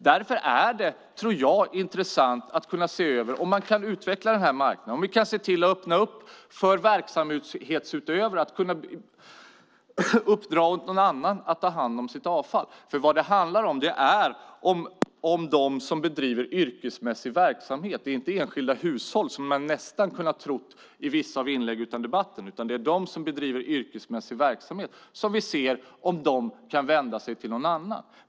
Därför är det, tror jag, intressant att se över om man kan utveckla marknaden och öppna upp för verksamhetsutövare att uppdra åt någon annan att ta hand om avfall. Detta handlar om dem som bedriver yrkesmässig verksamhet, inte om enskilda hushåll vilket man nästan har kunnat tro av vissa inlägg i debatten. Vi ska alltså se om de som bedriver yrkesmässig verksamhet kan vända sig till någon annan.